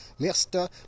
Mr